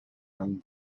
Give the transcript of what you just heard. young